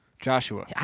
Joshua